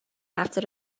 after